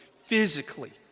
physically